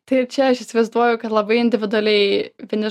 tai čia aš įsivaizduoju kad labai individualiai vieni